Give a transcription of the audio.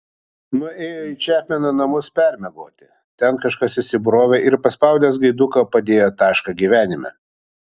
nuėjo į čepmeno namus permiegoti ten kažkas įsibrovė ir paspaudęs gaiduką padėjo tašką gyvenime